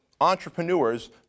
entrepreneurs